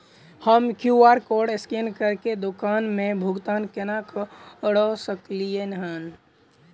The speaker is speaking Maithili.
हम क्यू.आर कोड स्कैन करके दुकान मे भुगतान केना करऽ सकलिये एहन?